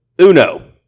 Uno